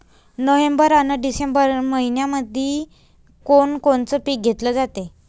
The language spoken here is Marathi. नोव्हेंबर अन डिसेंबर मइन्यामंधी कोण कोनचं पीक घेतलं जाते?